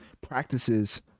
practices